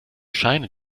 scheine